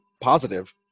positive